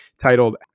titled